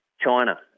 China